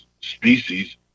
Species